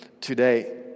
today